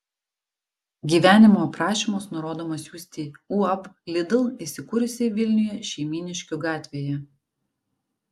gyvenimo aprašymus nurodoma siųsti uab lidl įsikūrusiai vilniuje šeimyniškių gatvėje